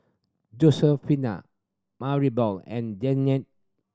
Josefina Maribel and Jeannette